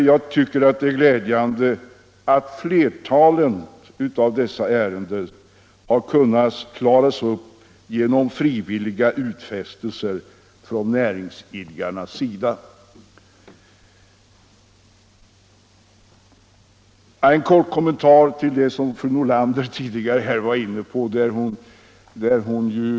Jag tycker att det är glädjande att flertalet av dessa ärenden har kunnat klaras upp genom frivilliga utfästelser från näringsidkarnas sida. En kort kommentar till vad fru Nordlander var inne på i sitt anförande.